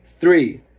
three